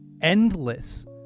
endless